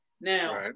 Now